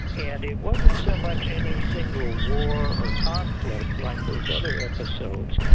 and it wasn't so much any single war or conflict like those other episodes,